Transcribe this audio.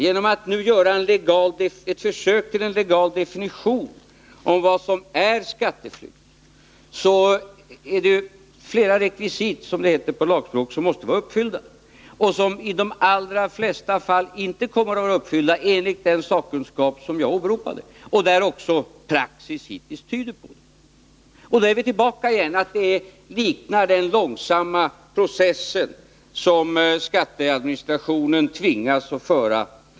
Genom att man gjorde ett försök till en legal definition av vad som är skatteflykt är det flera rekvisit, som det heter på lagspråk — dvs. villkor som måste vara uppfyllda —, som enligt den sakkunskap jag åberopade i de allra flesta fall inte kommer att vara uppfyllda. Det tyder också praxis hittills på. Då är vi tillbaka igen där vi började: vid den långsamma process som skatteadministrationen tvingas föra.